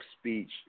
speech